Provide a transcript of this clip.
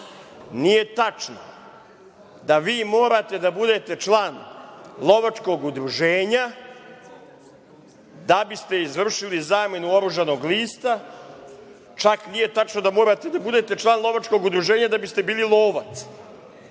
nije tačno da vi morate da budete član lovačkog udruženja da biste izvršili zamenu oružanog lista, čak nije tačno ni da morate da budete član lovačkog udruženja da biste bili lovac. Ne